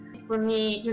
for me, you